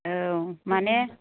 औ माने